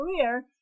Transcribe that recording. career